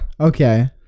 okay